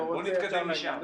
בואו נתקדם לשם.